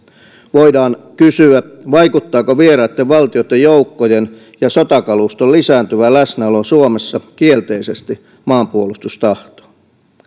voidaan kysyä vaikuttaako vieraitten valtioitten joukkojen ja sotakaluston lisääntyvä läsnäolo suomessa kielteisesti maanpuolustustahtoon